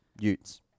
utes